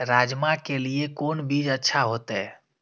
राजमा के लिए कोन बीज अच्छा होते?